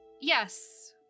yes